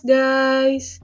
guys